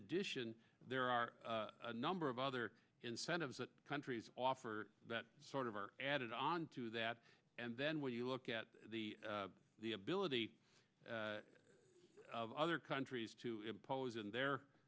addition there are a number of other incentives that countries offer that sort of are added onto that and then when you look at the ability of other countries to impose in their